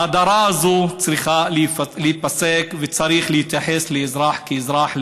ההדרה הזו צריכה להיפסק וצריך להתייחס לאזרח כאזרח,